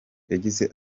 yagize